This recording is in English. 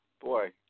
Boy